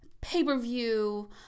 pay-per-view